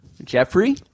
Jeffrey